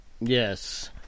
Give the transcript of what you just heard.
Yes